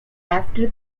after